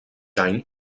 any